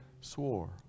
swore